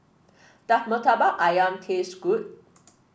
does Murtabak ayam taste good